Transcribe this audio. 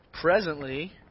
presently